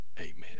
Amen